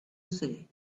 say